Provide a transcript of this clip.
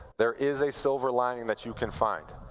there is a silver lining that you can find.